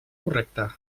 correcte